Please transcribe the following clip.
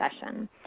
session